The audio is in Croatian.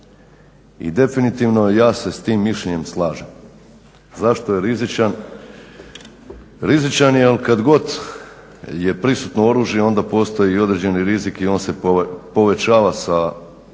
i definitivno ja se s tim mišljenjem slažem. Zašto je rizičan? Rizičan je jer kad god je prisutno oružje onda postoji i određeni rizik i on se povećava sa količinom